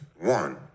One